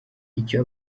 icyo